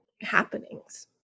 happenings